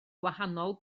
gwahanol